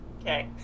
Okay